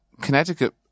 Connecticut